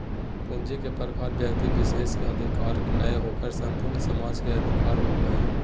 पूंजी के प्रकार व्यक्ति विशेष के अधिकार नय होकर संपूर्ण समाज के अधिकार होबो हइ